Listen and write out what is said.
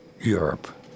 europe